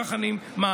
כך אני מאמין,